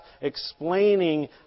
explaining